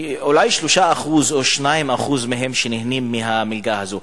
אולי 3% או 2% מהם נהנים מהמלגה הזאת,